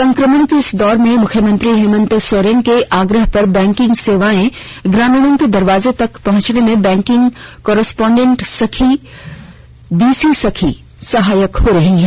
संक्रमण के इस दौर में भी मुख्यमंत्री हेमन्त सोरेन के आग्रह पर बैंकिंग सेवाएं ग्रामीणों के दरवाजे तक पहुंचाने में बैंकिंग कॉरेस्पोंडेंट सखी बीसी सखी सहायक हो रही हैं